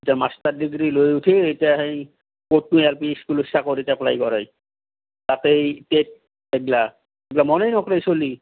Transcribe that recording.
এতিয়া master degree লৈ উঠি এতিয়া সেই ক'তনো এল পি স্কুলৰ চাকৰিত এপ্লাই কৰে তাতেই টেট সেইগিলা দিবা মনেই নকৰে চ'লি